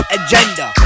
agenda